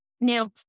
now